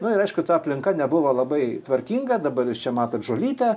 nu ir aišku ta aplinka nebuvo labai tvarkinga dabar jūs čia matot žolytę